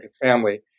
family